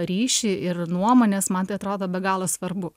ryšį ir nuomones man tai atrodo be galo svarbu